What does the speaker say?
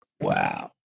Wow